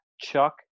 Chuck